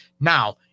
Now